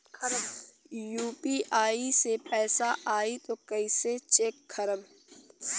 UPI से पैसा आई त कइसे चेक खरब?